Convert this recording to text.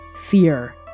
fear